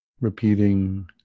repeating